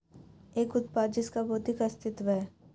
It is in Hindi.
एक उत्पाद जिसका भौतिक अस्तित्व है?